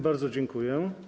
Bardzo dziękuję.